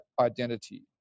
identity